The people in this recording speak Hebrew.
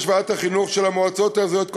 ועדת החינוך של המועצות האזוריות,